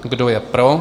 Kdo je pro?